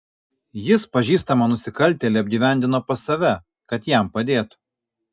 jis pažįstamą nusikaltėlį apgyvendino pas save kad jam padėtų